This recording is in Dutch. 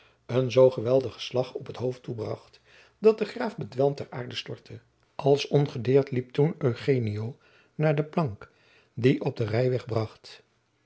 zoo geweldigen slag op het hoofd toebracht dat de jacob van lennep de pleegzoon graaf bedwelmd ter aarde stortte als ongedeerd liep toen eugenio naar de plank die op den rijweg bracht